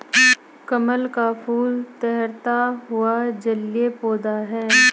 कमल का फूल तैरता हुआ जलीय पौधा है